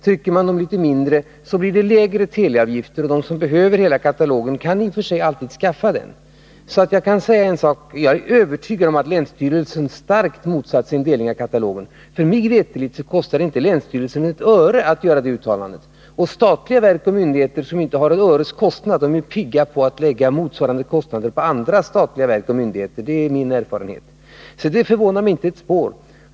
Trycker man dem i litet mindre omfattande delar, blir det lägre teleavgifter, men de som behöver ha hela katalogen kan i och för sig alltid skaffa sig den. Jag är övertygad om att länsstyrelsen har starkt motsatt sig en delning av katalogen — mig veterligt kostar det inte länsstyrelsen ett enda öre att göra det uttalandet. Det är också min erfarenhet att statliga verk och myndigheter som ser en möjlighet att slippa undan utgifter så att de inte får ett öres kostnad är pigga på att lägga motsvarande utgifter på andra statliga verk och myndigheter. Uttalandet förvånar mig därför inte ett spår.